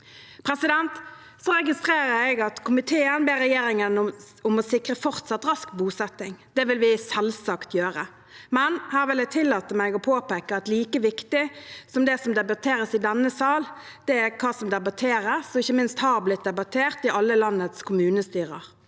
bra sammen. Jeg registrerer at komiteen ber regjeringen om å sikre fortsatt rask bosetting. Det vil vi selvsagt gjøre, men her vil jeg tillate meg å påpeke at like viktig som det som debatteres i denne sal, er hva som debatteres og ikke minst har blitt debattert i alle landets kommunestyrer.